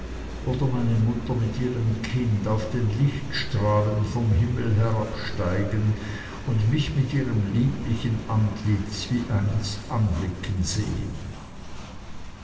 oder meine mutter mit ihrem kind auf den lichtstrahlen vom himmel herabsteigen und mich mit ihrem lieblichen antlitz wie einst anblicken sehen